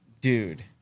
Dude